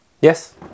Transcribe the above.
Yes